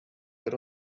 but